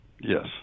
Yes